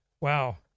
Wow